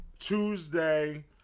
Tuesday